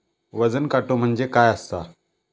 वजन काटो म्हणजे काय असता?